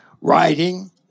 writing